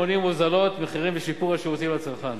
אלה מונעים הוזלת מחירים ושיפור השירותים לצרכן.